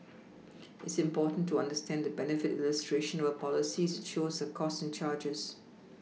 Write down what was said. it's important to understand the benefit illustration of a policy as it shows the costs and charges